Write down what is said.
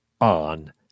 on